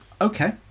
Okay